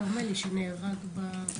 גם כרמלי שנהרג היה מתנדב באגף התנועה.